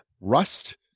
Rust